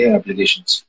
applications